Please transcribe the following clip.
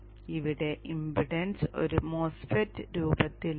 അതിനാൽ ഇവിടെ ഇംപെഡൻസ് ഒരു MOSFET രൂപത്തിലാണ്